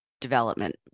development